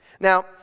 Now